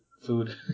food